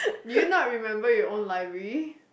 do you not remember your own library